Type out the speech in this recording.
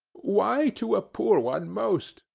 why to a poor one most?